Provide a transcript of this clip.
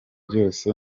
byose